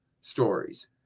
stories